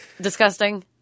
Disgusting